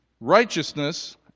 righteousness